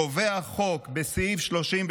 קובע החוק בסעיף 33: